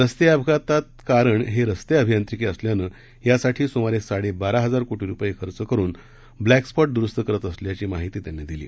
रस्ते अपघातांचं कारण हे रस्ते अभियांत्रिकी असल्यानं यासाठी सुमारे साडेबारा हजार कोटी रुपये खर्च करून ब्लॅक स्पॉट दुरुस्त करत असल्याची माहिती त्यांनी दिली